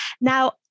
Now